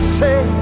say